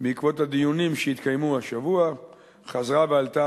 בעקבות הדיונים שהתקיימו השבוע חזרה ועלתה